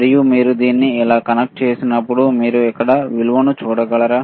మరియు మీరు దీన్ని ఇలా కనెక్ట్ చేసినప్పుడు మీరు ఇక్కడ విలువను చూడగలరా